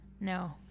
No